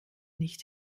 nicht